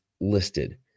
listed